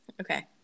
Okay